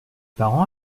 parent